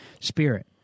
spirit